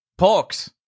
Porks